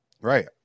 Right